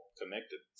connected